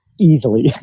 easily